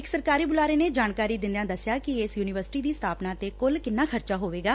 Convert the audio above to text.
ਇਕ ਸਰਕਾਰੀ ਬੁਲਾਰੇ ਨੇ ਜਾਣਕਾਰੀ ਦਿੰਦਿਆਂ ਦਸਿਆ ਕਿ ਇਸ ਯੁਨੀਵਰਸਿਟੀ ਦੀ ਸਬਾਪਨਾ ਤੇ ਕੁਲ ਕਿੰਨਾ ਖਰਚਾ ਹੋਏਗਾ